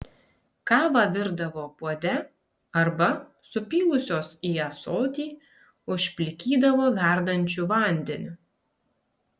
kavą virdavo puode arba supylusios į ąsotį užplikydavo verdančiu vandeniu